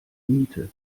miete